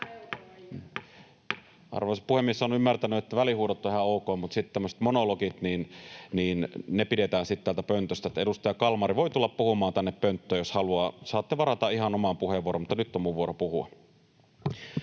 Arvoisa puhemies! Olen ymmärtänyt, että välihuudot ovat ihan ok, mutta tämmöiset monologit pidetään täältä pöntöstä. Edustaja Kalmari voikin tulla puhumaan tänne pönttöön, jos haluaa. Saatte varata ihan oman puheenvuoron, mutta nyt on minun vuoroni puhua.